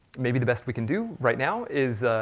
maybe the best we can do right now, is